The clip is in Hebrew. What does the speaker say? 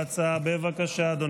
אנחנו עוברים לנושא הבא שעל סדר-היום,